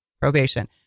probation